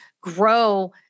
grow